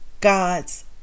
God's